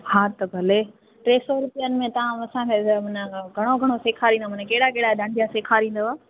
हा त भले टे सौ रुपियनि में तव्हां असांखे घणो घणो सेखारींदा मनां कहिड़ा कहिड़ा डांडिया सेखारींदव